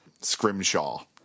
scrimshaw